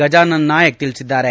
ಗಚಾನನ ನಾಯಕ್ ತಿಳಿಸಿದ್ದಾರೆ